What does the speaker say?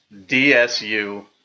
DSU